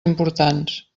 importants